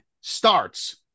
Starts